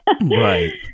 right